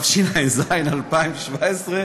התשע"ז 2017,